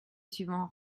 suivant